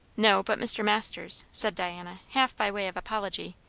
no, but, mr. masters, said diana, half by way of apology,